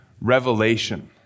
Revelation